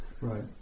right